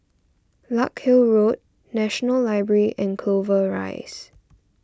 Larkhill Road National Library and Clover Rise